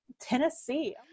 Tennessee